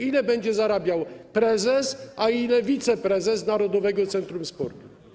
Ile będzie zarabiał prezes, a ile wiceprezes Narodowego Centrum Sportu?